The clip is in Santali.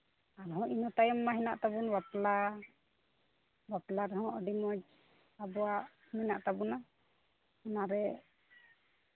ᱟᱨᱦᱚᱸ ᱤᱱᱟᱹ ᱛᱟᱭᱚᱢ ᱢᱟ ᱦᱮᱱᱟᱜ ᱛᱟᱵᱚᱱ ᱵᱟᱯᱞᱟ ᱵᱟᱯᱞᱟ ᱨᱮᱦᱚᱸ ᱟᱹᱰᱤ ᱢᱚᱡᱽ ᱟᱵᱚᱣᱟᱜ ᱢᱮᱱᱟᱜ ᱛᱟᱵᱚᱱᱟ ᱚᱱᱟᱨᱮ